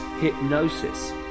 hypnosis